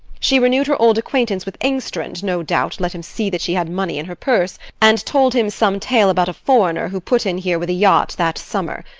she renewed her old acquaintance with engstrand, no doubt let him see that she had money in her purse, and told him some tale about a foreigner who put in here with a yacht that summer.